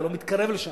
זה לא מתקרב לשם,